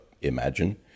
imagine